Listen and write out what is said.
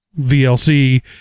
VLC